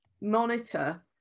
monitor